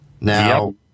Now